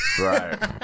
right